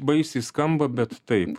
baik baik baisiai skamba bet taip